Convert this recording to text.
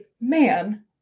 man